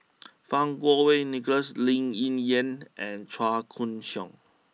Fang Kuo Wei Nicholas Lee Ling Yen and Chua Koon Siong